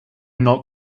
not